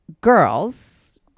girls